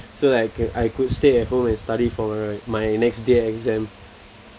so like I could stay at home and study for my my next day exam